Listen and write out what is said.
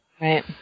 right